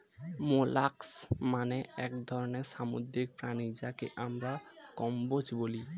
molluscs মানে এক ধরনের সামুদ্রিক প্রাণী যাকে আমরা কম্বোজ বলি